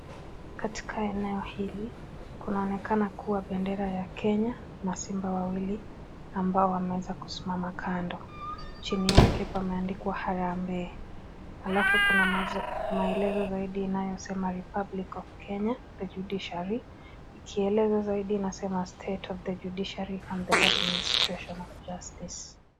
Katika eneo hili, kunaonekana kuwa bendera ya Kenya, na simba wawili, ambao wameweza kusimama kando. Chini yake pameandikwa harambe. Alafu kuna maelezo zaidi inayosema (cs) Republic of Kenya, the Judiciary. Kielezo zaidi inasema State of the Judiciary and the Administration of Justice (cs).